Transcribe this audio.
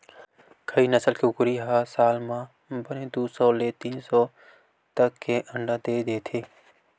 कइ नसल के कुकरी ह साल म बने दू सौ ले तीन सौ तक के अंडा दे देथे